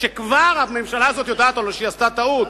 שכבר הממשלה הזאת יודעת שהיא עשתה טעות,